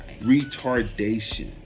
retardation